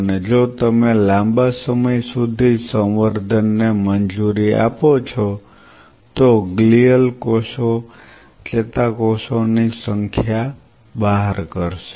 અને જો તમે લાંબા સમય સુધી સંવર્ધન ને મંજૂરી આપો છો તો ગ્લિઅલ કોષો ચેતાકોષોની સંખ્યા બહાર કરશે